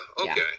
Okay